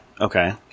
Okay